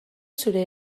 zure